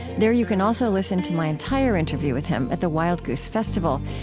there you can also listen to my entire interview with him at the wild goose festival.